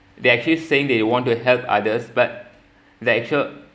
they actually saying they want to help others but the actual